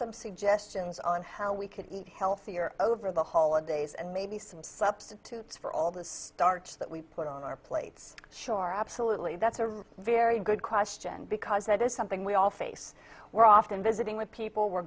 some suggestions on how we could eat healthier over the holidays and maybe some substitutes for all this starts that we put on our plates sure absolutely that's a very good question because that is something we all face we're often visiting with people we're